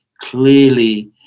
clearly